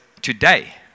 Today